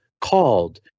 called